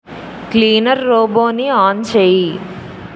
cleaner రోబోని on చేయి